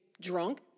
drunk